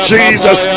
Jesus